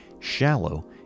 shallow